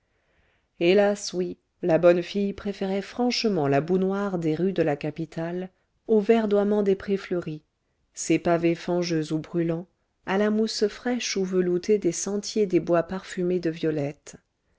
hélas oui la bonne fille préférait franchement la boue noire des rues de la capitale au verdoiement des prés fleuris ses pavés fangeux ou brûlants à la mousse fraîche ou veloutée des sentiers des bois parfumés de violettes